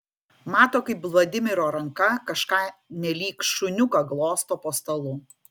mato kaip vladimiro ranka kažką nelyg šuniuką glosto po stalu